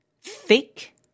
Thick